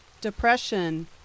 depression